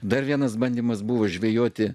dar vienas bandymas buvo žvejoti